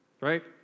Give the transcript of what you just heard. Right